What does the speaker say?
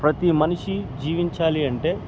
ప్రతి మనిషి జీవించాలి అంటే